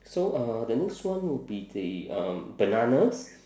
so uh the next one would be the um bananas